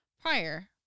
prior